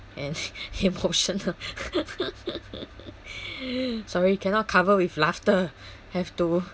and emotional sorry cannot cover with laughter have to